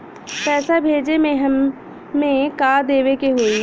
पैसा भेजे में हमे का का देवे के होई?